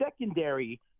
secondary